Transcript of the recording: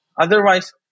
Otherwise